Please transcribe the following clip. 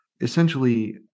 essentially